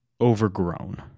overgrown